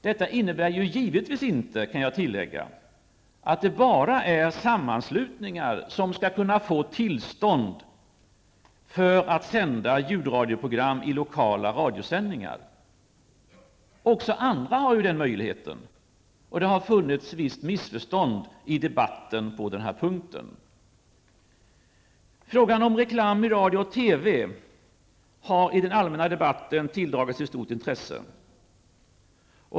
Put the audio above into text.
Detta innebär ju givetvis inte att det bara är sammanslutningar som skall kunna få tillstånd för att sända ljudradioprogram i lokala radiosändningar. Också andra har den möjligheten. Det har förekommit vissa missförstånd på den punkten i debatten. Frågan om reklam i radio och TV har i den allmänna debatten tilldragit sig stort intresse.